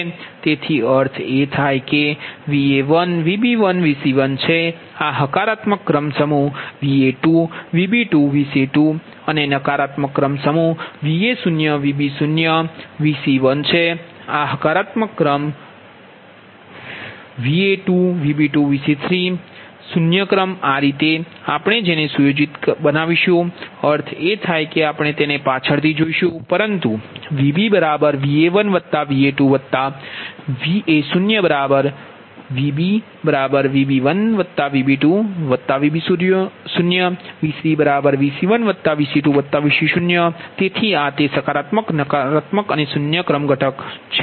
તેથી અર્થ એ થાય કે Va1 Vb1 Vc1 છે આ હકારાત્મક ક્રમ સમૂહ Va2Vb2Vc3 અને નકારાત્મક ક્રમ સમૂહ Va0Vb0Vc0 છે શૂન્ય ક્રમ આ રીતે આપણે તેને સુયોજિત બનાવીશુ અર્થ એ થાય કે આપણે તેને પાછળથી જોઇશુ પરંતુ VaVa1Va2Va0 VbVb1Vb2Vb0VcVc1Vc2Vc0 તેથી આ તે સકારાત્મક નકારાત્મક અને શૂન્ય ક્રમ છે